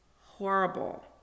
horrible